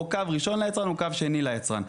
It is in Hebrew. קו ראשון ליצרן או קו שני ליצרן.